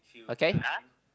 okay